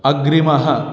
अग्रिमः